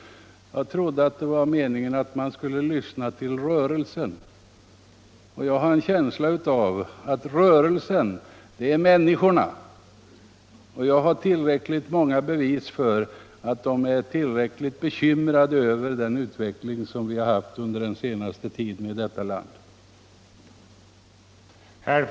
Jag trodde att meningen var att man skulle lyssna till rörelsen. Jag har en känsla av att rörelsen är de många människorna. Jag har många bevis för att de är bekymrade över utvecklingen den senaste tiden här i landet.